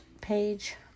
page